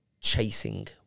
chasing